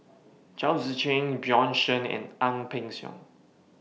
Chao Tzee Cheng Bjorn Shen and Ang Peng Siong